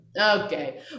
okay